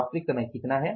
वास्तविक समय कितना है